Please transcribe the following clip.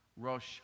Rosh